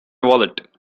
wallet